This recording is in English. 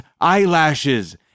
eyelashes